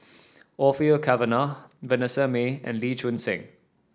Orfeur Cavenagh Vanessa Mae and Lee Choon Seng